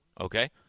okay